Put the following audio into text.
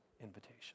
invitation